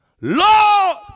Lord